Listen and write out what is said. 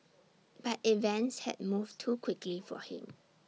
but events had moved too quickly for him